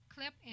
Clip